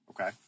Okay